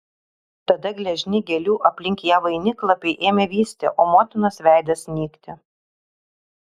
tada gležni gėlių aplink ją vainiklapiai ėmė vysti o motinos veidas nykti